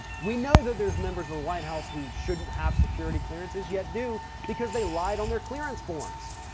we know that there's members of the white house who shouldn't have security clearances yet do because they lied on their clearance forms.